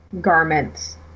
garments